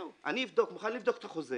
אני מוכן לבדוק את החוזה